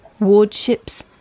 wardships